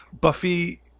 Buffy